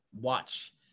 watch